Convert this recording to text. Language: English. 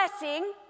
blessing